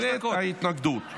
במסגרת ההתנגדות.